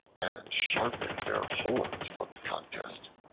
and sharpened their horns for the contest.